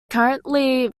currently